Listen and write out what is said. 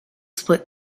split